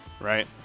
right